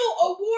award